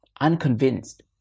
unconvinced